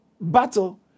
battle